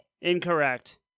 Incorrect